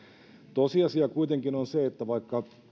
tosiasia kuitenkin on se että vaikka